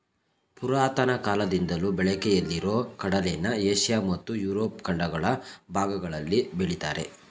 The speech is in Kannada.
ಪುರಾತನ ಕಾಲದಿಂದಲೂ ಬಳಕೆಯಲ್ಲಿರೊ ಕಡಲೆನ ಏಷ್ಯ ಮತ್ತು ಯುರೋಪ್ ಖಂಡಗಳ ಭಾಗಗಳಲ್ಲಿ ಬೆಳಿತಾರೆ